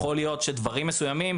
יכול להיות שדברים מסוימים,